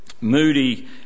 Moody